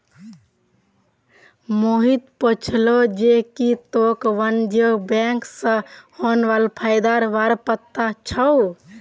मोहित पूछले जे की तोक वाणिज्यिक बैंक स होने वाला फयदार बार पता छोक